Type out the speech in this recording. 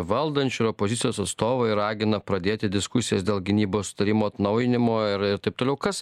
valdančiųjų opozicijos atstovai ragina pradėti diskusijas dėl gynybos tarimo atnaujinimo ir taip toliau kas